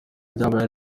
byabaye